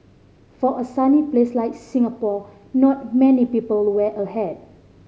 for a sunny place like Singapore not many people wear a hat